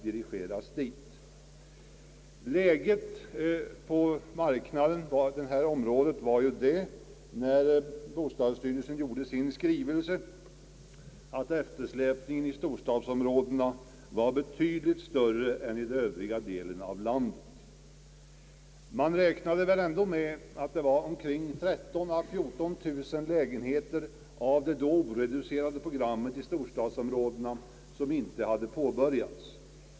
När bostadsstyrelsen avfattade sin skrivelse var läget på bostadsmarknaden sådant att eftersläpningen inom storstadsområdena var betydligt större än i övriga delen av landet. Man räknade med att det var omkring 13 000 å 14 000 lägenheter av det då oreducerade programmet för storstadsområdena som inte hade påbörjats.